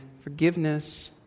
forgiveness